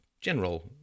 general